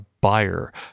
Buyer